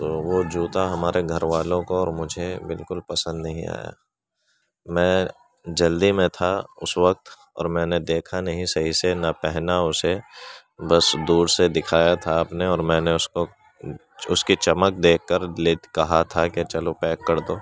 تو وہ جوتا ہمارے گھر والوں کو اور مجھے بالکل پسند نہیں آیا میں جلدی میں تھا اس وقت اور میں نے دیکھا نہیں صحیح سے نہ پہنا اسے بس دور دکھایا تھا آپ نے اور میں اس کو اس کی چمک دیکھ کر لیت کہا تھا کہ چلو پیک کر دو